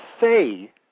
say